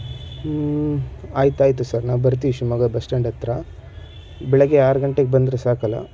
ಆಯಿತು ಆಯಿತು ಸರ್ ನಾವು ಬರ್ತೀವಿ ಶಿವಮೊಗ್ಗ ಬಸ್ಸ್ಟ್ಯಾಂಡ್ ಹತ್ತಿರ ಬೆಳಗ್ಗೆ ಆರು ಗಂಟೆಗೆ ಬಂದರೆ ಸಾಕಲ್ಲ